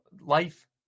life